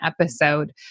episode